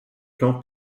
plomb